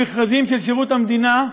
במכרזים של שירות המדינה,